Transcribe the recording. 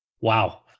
Wow